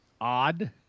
Odd